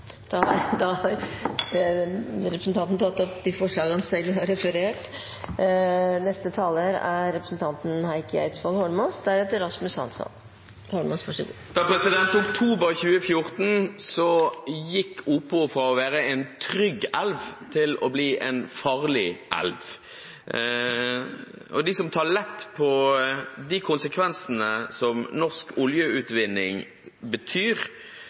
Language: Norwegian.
Da har representanten Ola Elvestuen tatt opp de forslagene det ble referert til. I oktober 2014 gikk Opo fra å være en trygg elv til å bli en farlig elv. De som tar lett på de konsekvensene som norsk oljeutvinning betyr,